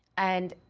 and,